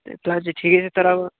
त्यही प्लान चाहिँ ठिकै छ तर अब